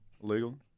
illegal